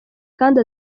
kandi